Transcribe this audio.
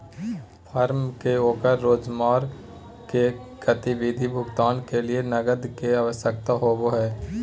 firm के ओकर रोजमर्रा के गतिविधि भुगतान के लिये नकद के आवश्यकता होबो हइ